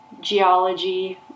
geology